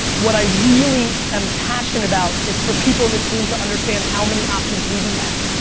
what i really am passionate about is for people in this room to understand how many options we do have.